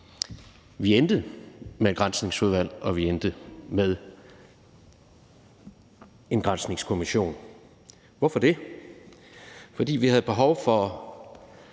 Vi endte med et Granskningsudvalg, og vi endte med en granskningskommission. Hvorfor gjorde vi det? Fordi vi havde behov for